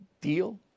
deal